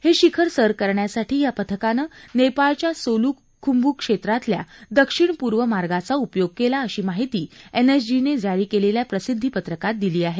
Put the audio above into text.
हे शिखर सर करण्यासाठी या पथकानं नेपाळच्या सोलुखुंभू क्षेत्रातल्या दक्षिण पूर्व मार्गाचा उपयोग केला अशी माहिती एनएसजी ने जारी केलेल्या प्रसिद्वीपत्रकात दिली आहे